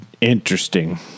Interesting